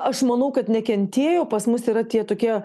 aš manau kad nekentėjo pas mus yra tie tokie